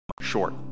short